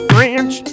French